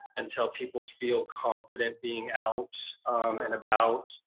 until people feel confident being out and about,